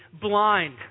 blind